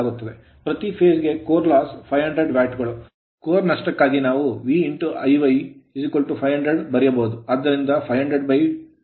ಪ್ರತಿ phase phase core loss core ನಷ್ಟವು 500 watt ಗಳು ಕೋರ್ ನಷ್ಟಕ್ಕಾಗಿ ನಾವು V Ii500 ಬರೆಯಬಹುದು